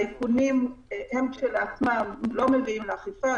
האיכונים כשלעצמם לא מביאים לאכיפה,